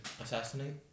Assassinate